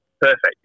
perfect